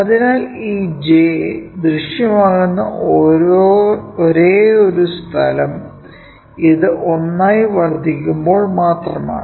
അതിനാൽ ഈ j ദൃശ്യമാകുന്ന ഒരേയൊരു സ്ഥലം ഇത് ഒന്നായി വർദ്ധിക്കുമ്പോൾ മാത്രമാണ്